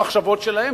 את המחשבות שלהם,